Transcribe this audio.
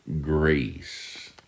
grace